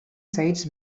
sites